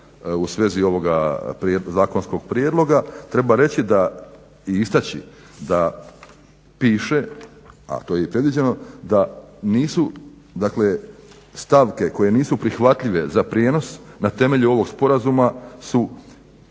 u svezi ovoga zakonskog prijedloga, treba reći da i istaći da piše, a to je i predviđeno, da nisu dakle stavke koje nisu prihvatljive za prijenos na temelju ovog sporazuma su